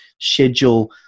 schedule